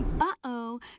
Uh-oh